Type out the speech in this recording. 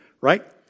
right